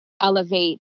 elevate